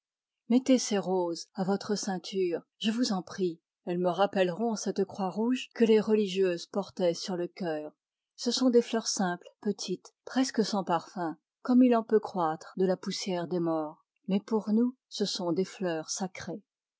mettez ces roses à votre ceinture je vous en prie elles me rappelleront cette croix rouge que les religieuses portaient sur le cœur ce sont des fleurs simples petites presque sans parfum comme il en peut croître de la poussière des morts mais pour nous ce sont des fleurs sacrées